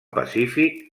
pacífic